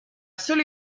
seule